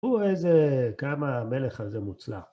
ואיזה כמה המלך הזה מוצלח.